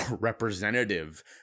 representative